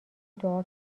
دعا